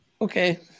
Okay